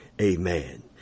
Amen